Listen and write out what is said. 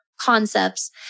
Concepts